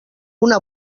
una